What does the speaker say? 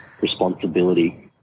responsibility